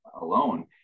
alone